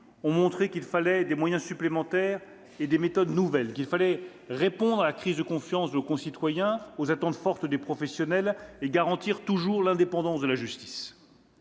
ont montré qu'il fallait des moyens supplémentaires et des méthodes nouvelles, qu'il fallait répondre à la crise de confiance de nos concitoyens, aux attentes fortes des professionnels et garantir, toujours, l'indépendance de la justice.